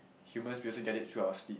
human basically get it through our sleep